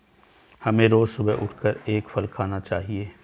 हमें रोज सुबह उठकर एक फल खाना चाहिए